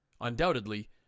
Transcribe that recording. Undoubtedly